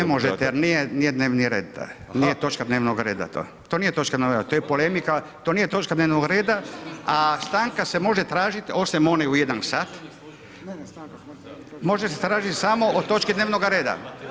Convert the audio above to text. Ne možete jer nije dnevni red, nije točka dnevnog reda to, to nije točka… [[Govornik se ne razumije]] to je polemika, to nije točka dnevnog reda, a stanka se može tražit, osim one u jedan sat, može se tražiti samo o točki dnevnoga reda.